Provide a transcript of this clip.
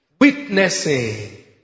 witnessing